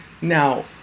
now